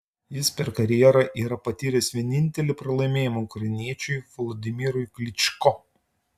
jis per karjerą yra patyręs vienintelį pralaimėjimą ukrainiečiui volodymyrui klyčko